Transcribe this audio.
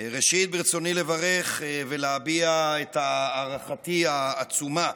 ראשית, ברצוני לברך ולהביע את הערכתי העצומה